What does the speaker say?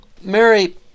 Mary